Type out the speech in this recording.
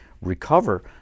recover